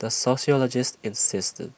the sociologist insisted